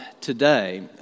today